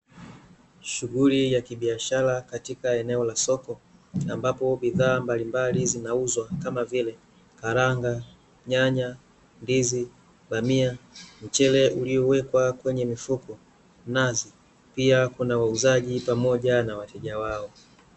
Shughuli ya kibiashara katika eneo la soko, ambapo bidhaa mbalimbali zinauzwa kama vile: karanga, nyanya, ndizi, bamia, mchele uliowekwa kwenye mifuko, nazi; pia kuna wauzaji pamoja na wateja wao.